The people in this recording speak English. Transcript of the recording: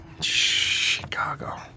Chicago